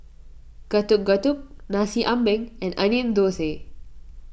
Getuk Getuk Nasi Ambeng and Onion Thosai